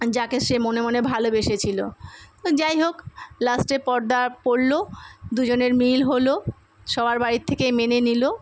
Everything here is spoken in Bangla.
যাকে সে মনে মনে ভালোবেসেছিলো যাই হোক লাস্টে পর্দা পড়লো দুজনের মিল হলো সবার বাড়ির থেকেই মেনে নিলো